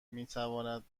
میتواند